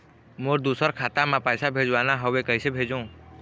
मोर दुसर खाता मा पैसा भेजवाना हवे, कइसे भेजों?